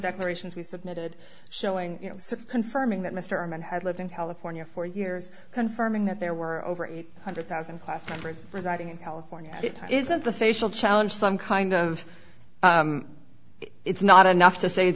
declarations we submitted showing confirming that mr man had lived in california for years confirming that there were over eight hundred thousand class members residing in california it isn't the facial challenge some kind of it's not enough to say